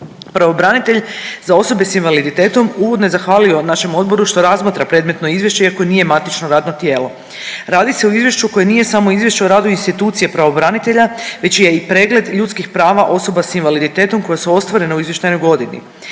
Pravobranitelj za osobe sa invaliditetom uvodno je zahvalio našem odboru što razmatra predmetno izvješće iako nije matično radno tijelo. Radi se o izvješću koje nije samo izvješće o radu institucije pravobranitelja već je i pregled ljudskih prava osoba sa invaliditetom koje su ostvarene u izvještajnoj godini.